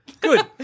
Good